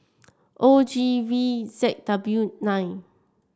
O G V Z W nine